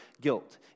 guilt